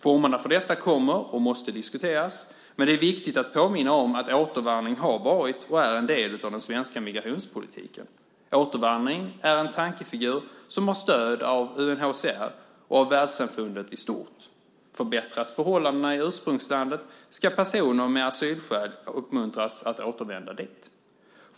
Formerna för detta måste diskuteras och kommer att diskuteras, men det är viktigt att påminna om att återvandring har varit och är en del av den svenska migrationspolitiken. Återvandring är en tankefigur som har stöd av UNHCR och av världssamfundet i stort. Förbättras förhållandena i ursprungslandet ska personer med asylskäl uppmuntras att återvända dit.